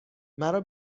مرا